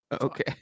Okay